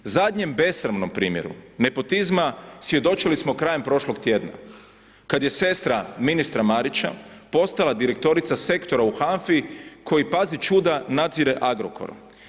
Zadnjem besramnom primjeru nepotizma svjedočili smo krajem prošlog tjedna kad je sestra ministra Marića postala direktorica sektora u HANFA-i koji pazi čuda, nadzire Agrokor.